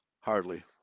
Hardly